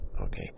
okay